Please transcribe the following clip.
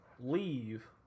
Leave